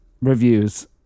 reviews